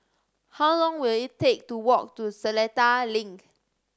how long will it take to walk to Seletar Link